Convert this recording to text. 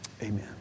Amen